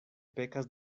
pekas